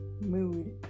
mood